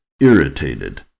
irritated